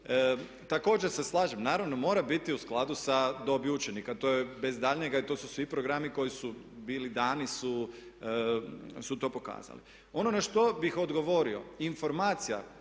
Također se slažem, naravno mora biti u skladu sa dobi učenika, to je bez daljnjega i to su svi programi koji su bili dani su to pokazali. Ono na što bih odgovorio, informacija,